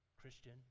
Christian